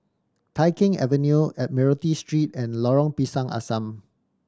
Tai Keng Avenue Admiralty Street and Lorong Pisang Asam